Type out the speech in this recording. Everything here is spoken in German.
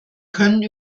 können